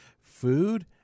food